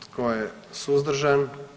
Tko je suzdržan?